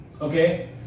Okay